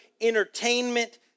entertainment